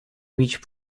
reach